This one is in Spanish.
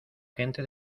gente